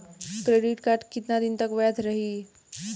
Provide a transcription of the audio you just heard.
Credit card कितना दिन तक वैध रही?